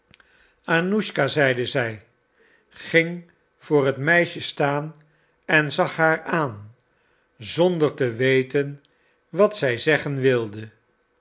annuschka zeide zij ging voor het meisje staan en zag haar aan zonder te weten wat zij zeggen wilde